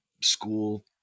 school